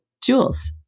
Jules